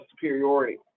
superiority